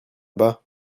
bas